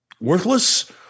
worthless